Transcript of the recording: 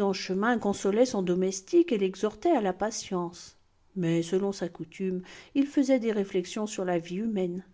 en chemin consolait son domestique et l'exhortait à la patience mais selon sa coutume il fesait des réflexions sur la vie humaine